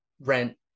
rent